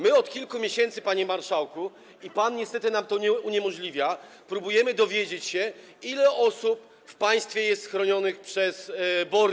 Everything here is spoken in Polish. My od kilku miesięcy, panie marszałku, i pan niestety nam to uniemożliwia, próbujemy dowiedzieć się, ile osób w państwie jest dzisiaj chronionych przez BOR.